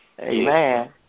Amen